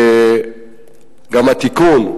וגם התיקון,